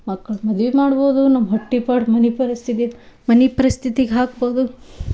ಮಕ್ಕಳ ಮದ್ವೆ ಮಾಡ್ಬೋದು ನಮ್ಮ ಹೊಟ್ಟೆ ಪಾಡು ಮನೆ ಪರಿಸ್ಥಿತಿದು ಮನೆ ಪರಿಸ್ಥಿತಿಗೆ ಹಾಕ್ಬೋದು